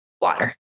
Water